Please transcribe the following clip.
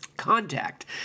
Contact